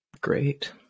Great